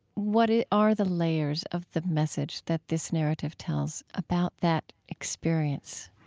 what ah are the layers of the message that this narrative tells about that experience?